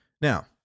Now